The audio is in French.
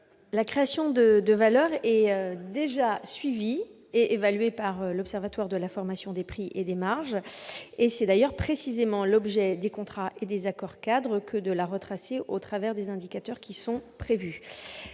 La création de valeur est déjà suivie et évaluée par l'Observatoire de la formation des prix et des marges. C'est précisément l'objet des contrats et accords-cadres que de la retracer au travers des indicateurs qui sont prévus.